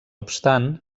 obstant